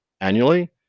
annually